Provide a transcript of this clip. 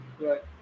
Right